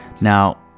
Now